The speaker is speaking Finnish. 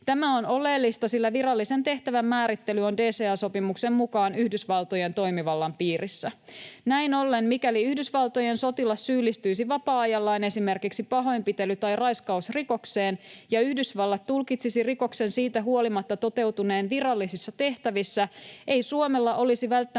Tämä on oleellista, sillä virallisen tehtävän määrittely on DCA-sopimuksen mukaan Yhdysvaltojen toimivallan piirissä. Näin ollen mikäli Yhdysvaltojen sotilas syyllistyisi vapaa-ajallaan esimerkiksi pahoinpitely- tai raiskausrikokseen ja Yhdysvallat tulkitsisi rikoksen siitä huolimatta toteutuneen virallisissa tehtävissä, ei Suomella olisi välttämättä